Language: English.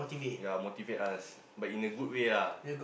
ya motivate us but in a good way lah